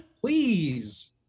Please